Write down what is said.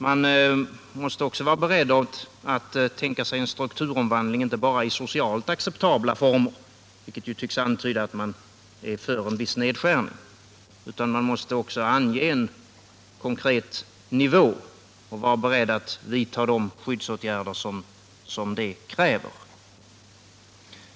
Man måste också vara beredd att tänka sig en strukturomvandling inte bara i socialt acceptabla former, vilket ju tycks antyda att man är för en viss nedskärning, utan också ange en konkret nivå och vara beredd att vidta de skyddsåtgärder som detta i sin tur kräver.